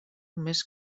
més